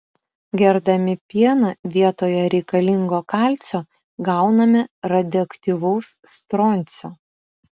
gerdami pieną vietoje reikalingo kalcio gauname radioaktyvaus stroncio